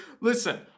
Listen